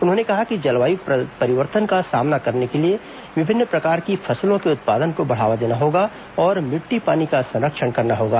उन्होंने कहा कि जलवायू परिवर्तन का सामना करने के लिए विभिन्न प्रकार की फसलों के उत्पादन को बढ़ावा देना होगा और मिट्टी पानी का संरक्षण करना होगा